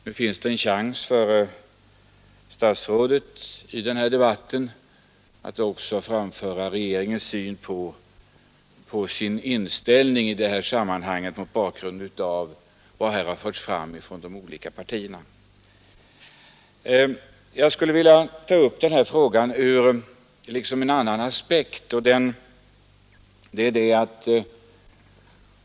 Nu finns det en chans för statsrådet att i den här diskussionen också redovisa regeringens inställning i sammanhanget mot bakgrund av vad som här sagts från de olika partierna. Jag skulle vilja ta upp frågan ur en annan aspekt.